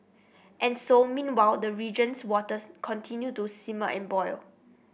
and so meanwhile the region's waters continue to simmer and boil